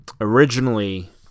Originally